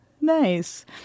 Nice